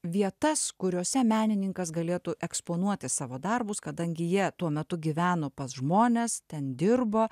vietas kuriose menininkas galėtų eksponuoti savo darbus kadangi jie tuo metu gyveno pas žmones ten dirbo